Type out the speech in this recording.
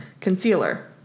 Concealer